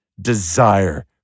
desire